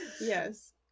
Yes